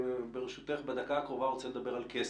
ברשותך, בדקה הקרובה אני רוצה לדבר על כסף.